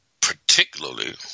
particularly